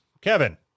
Kevin